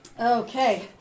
Okay